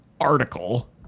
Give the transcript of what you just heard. article